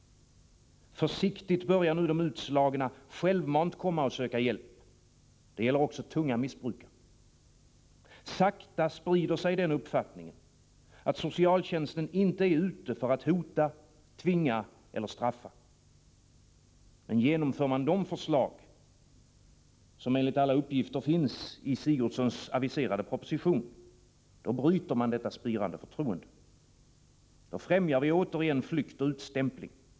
Försiktigt börjar nu de utslagna självmant komma och söka hjälp. Det gäller också tunga missbrukare. Sakta sprider sig den uppfattningen, att socialtjänsten inte är ute för att hota, tvinga eller straffa. Genomför man de förslag som enligt alla uppgifter finns i Sigurdsens aviserade proposition, bryter man detta spirande förtroende. Då främjar vi återigen flykt och utstämpling.